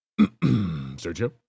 Sergio